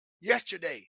yesterday